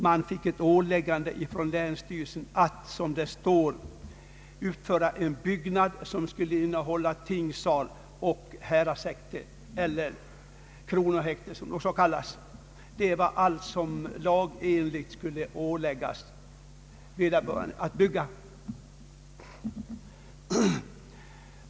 Man fick ett åläggande från länsstyrelsen att uppföra en byggnad, som skulle innehålla tingssal och häradshäkte — eller kronohäkte som det också kallas. Det var allt som lagenligt ålades vederbörande att bygga.